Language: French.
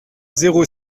zéro